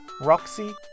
Roxy